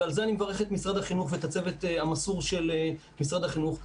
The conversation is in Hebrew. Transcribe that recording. ועל זה אני מברך את משרד החינוך ואת הצוות המסור של משרד החינוך,